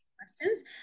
questions